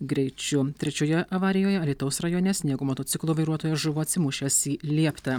greičiu trečioje avarijoje alytaus rajone sniego motociklo vairuotojas žuvo atsimušęs į lieptą